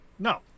No